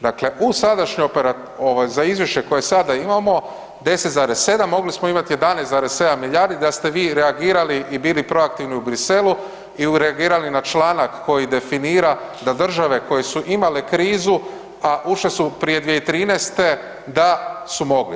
Dakle u sadašnjoj .../nerazumljivo/... ovo za Izvješće koje sada imamo, 10,7, mogli smo imati 11,7 milijardi da ste vi reagirali i bili proaktivni u Bruxellesu i ... na članak koji definira da države koje su imale krizu, a ušle su prije 2013. da su mogli.